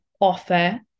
offer